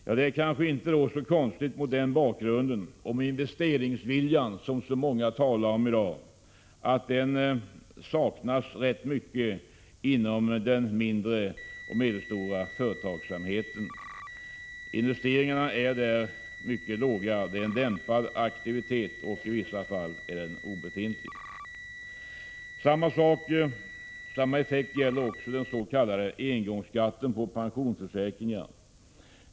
Mot den bakgrunden är det kanske inte så konstigt att investeringsviljan i stort sett saknas inom de mindre och medelstora företagen. Investeringarna är låga, aktiviteten är dämpad och i vissa fall obefintlig. Detsamma gäller den s.k. engångsskatten på pensionsförsäkringar.